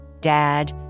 dad